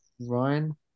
Ryan